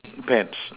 pets